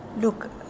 Look